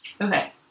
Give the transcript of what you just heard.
Okay